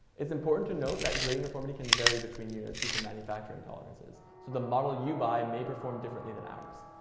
it's important to note that gray uniformity can vary between units due to manufacturing tolerances, so the model you buy may perform differently than ours.